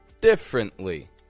differently